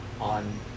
on